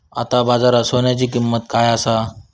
आता बाजारात सोन्याची किंमत काय असा?